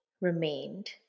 remained